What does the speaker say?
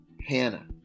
Hannah